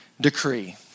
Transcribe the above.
decree